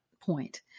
point